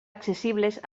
accessibles